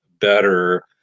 better